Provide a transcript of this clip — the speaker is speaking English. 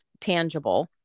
tangible